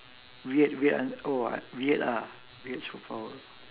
weird weird one oh ah weird ah weird superpower